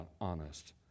honest